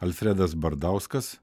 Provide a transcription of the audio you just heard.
alfredas bardauskas